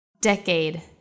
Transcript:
Decade